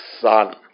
son